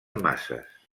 masses